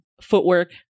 footwork